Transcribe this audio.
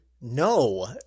No